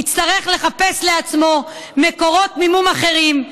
יצטרך לחפש לעצמו מקורות מימון אחרים,